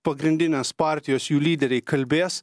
pagrindinės partijos jų lyderiai kalbės